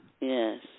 Yes